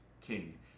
king